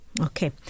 okay